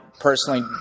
personally